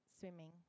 swimming